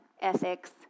ethics